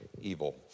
evil